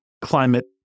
climate